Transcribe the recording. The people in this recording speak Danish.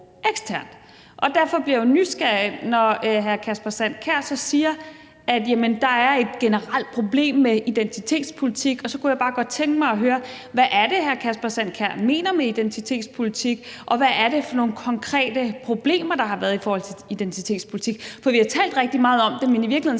Derfor bliver jeg jo nysgerrig, når hr. Kasper Sand Kjær så siger, at der er et generelt problem med identitetspolitik, og så kunne jeg bare godt tænke mig at høre, hvad det er, hr. Kasper Sand Kjær mener med identitetspolitik, og hvad det er for nogle konkrete problemer, der har været i forhold til identitetspolitik? For vi har talt rigtig meget om det, men i virkeligheden